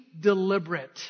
deliberate